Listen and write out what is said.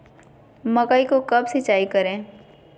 मकई को कब सिंचाई करे?